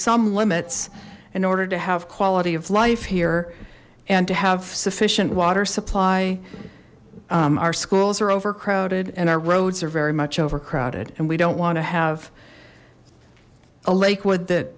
some limits in order to have quality of life here and to have sufficient water supply our schools are overcrowded and our roads are very much overcrowded and we don't want to have a lake would that